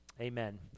Amen